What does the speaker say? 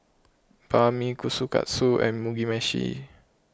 Banh Mi Kushikatsu and Mugi Meshi